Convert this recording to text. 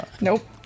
Nope